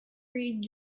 read